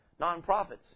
nonprofits